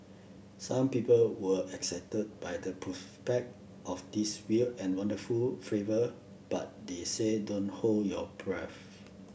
some people were excited by the prospect of this weird and wonderful flavour but they say don't hold your breath